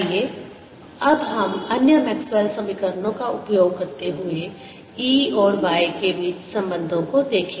E0i∂xE0sin kx wt 0iE00 ie E0 is in the y z plane B0 or iB00 or B has components By and Bz only आइए अब हम अन्य Maxwell समीकरणों का उपयोग करते हुए E और B के बीच संबंधों को देखें